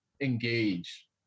engage